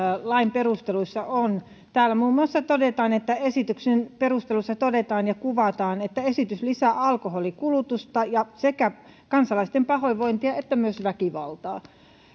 lain perusteluissa on täällä muun muassa esityksen perusteluissa todetaan ja kuvataan että esitys lisää alkoholinkulutusta ja sekä kansalaisten pahoinvointia että myös väkivaltaa